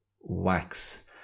wax